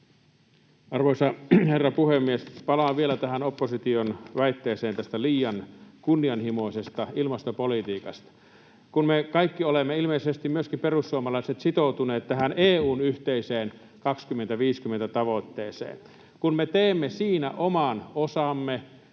Arvoisa herra puhemies! Palaan vielä opposition väitteeseen liian kunnianhimoisesta ilmastopolitiikasta. Kun me kaikki olemme, ilmeisesti myöskin perussuomalaiset, sitoutuneet EU:n yhteiseen 2050‑tavoitteeseen ja kun me teemme siinä oman osamme,